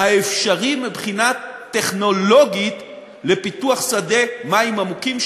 האפשרי מבחינה טכנולוגית לפיתוח שדה מים עמוקים,